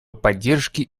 поддержки